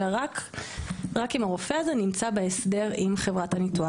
אלא רק אם הרופא הזה נמצא בהסדר עם חברת הביטוח.